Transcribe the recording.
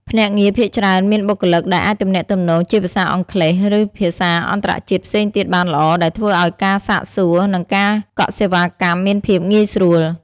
ភ្នាក់ងារភាគច្រើនមានបុគ្គលិកដែលអាចទំនាក់ទំនងជាភាសាអង់គ្លេស ឬភាសាអន្តរជាតិផ្សេងទៀតបានល្អ ដែលធ្វើឲ្យការសាកសួរ និងការកក់សេវាកម្មមានភាពងាយស្រួល។